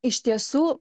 iš tiesų